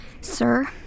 Sir